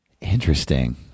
Interesting